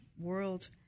world